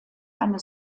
eine